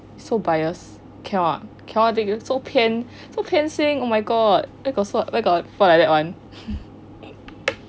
so bias cannot cannot think it so 偏 so 偏心 oh my god where got so where got people like that [one]